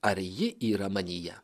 ar ji yra manyje